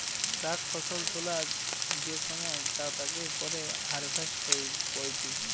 প্রাক ফসল তোলা যে সময় তা তাকে পরে হারভেস্ট কইটি